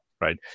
right